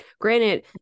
granted